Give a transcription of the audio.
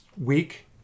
week